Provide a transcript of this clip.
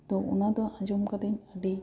ᱛᱚ ᱚᱱᱟ ᱫᱚ ᱟᱸᱡᱚᱢ ᱟᱠᱟᱫᱟᱹᱧ ᱟᱹᱰᱤ